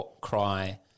cry